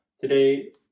Today